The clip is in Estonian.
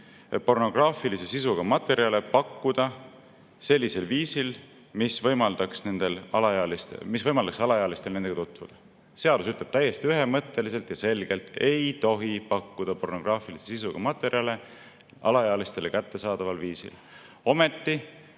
pornograafilise sisuga materjale pakkuda sellisel viisil, mis võimaldaks alaealistel nendega tutvuda. Seadus ütleb täiesti ühemõtteliselt ja selgelt, et ei tohi pakkuda pornograafilise sisuga materjale alaealistele kättesaadaval viisil.